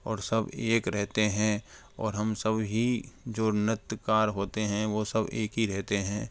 और सब एक रहते हैं और हम सब ही जो नृत्यकार होते हैं वो सब एक ही रहते हैं